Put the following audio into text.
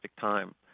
time